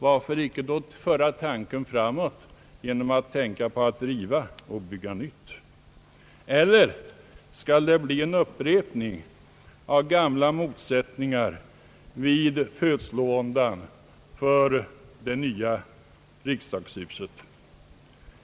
Varför icke då föra tanken framåt genom att tänka på att riva och bygga nytt? Eller skall det bli en upprepning av gamla motsättningar vid födslovåndorna för det nya riksdagshuset?